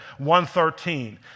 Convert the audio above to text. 113